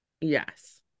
yes